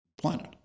planet